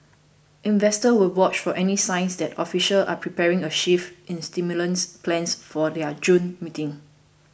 investors will watch for any signs that officials are preparing a shift in stimulus plans for their June meeting